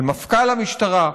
על מפכ"ל המשטרה,